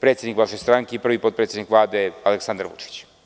predsednik vaše stranke i prvi potpredsednik Vlade Aleksandar Vučić.